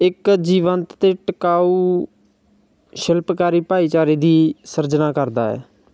ਇੱਕ ਜੀਵੰਤ ਅਤੇ ਟਿਕਾਊ ਸ਼ਿਲਪਕਾਰੀ ਭਾਈਚਾਰੇ ਦੀ ਸਿਰਜਣਾ ਕਰਦਾ ਹੈ